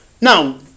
now